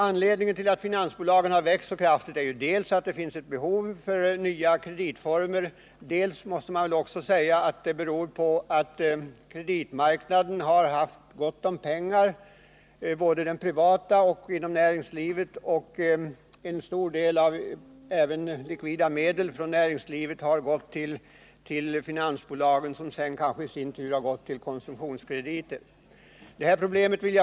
Anledningen till att finansbolagen har växt så kraftigt är dels att det finns ett behov av nya kreditformer, dels att kreditmarknaden har haft gott om pengar — likvida medel har i stor utsträckning gått från näringslivet till finansbolagen och därifrån i betydande grad till konsumtionskrediter. Enligt min mening är det inte bra om finansbolagen växer alltför fort på bekostnad av bankernas ordinarie utlåningsverksamhet.